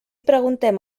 preguntem